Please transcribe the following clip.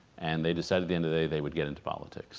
and they decided the end today they would get into politics